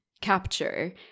capture